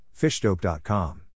fishdope.com